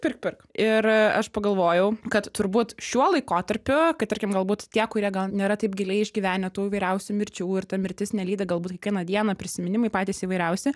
pirk pirk ir aš pagalvojau kad turbūt šiuo laikotarpiu kai tarkim galbūt tie kurie gal nėra taip giliai išgyvenę tų vyriausių mirčių ir ta mirtis nelydi galbūt kiekvieną dieną prisiminimai patys įvairiausi